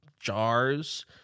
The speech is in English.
jars